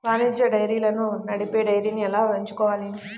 వాణిజ్య డైరీలను నడిపే డైరీని ఎలా ఎంచుకోవాలి?